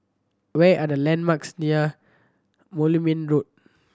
where are the landmarks near Moulmein Road